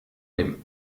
dem